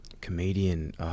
comedian